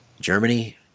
Germany